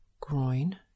groin